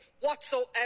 whatsoever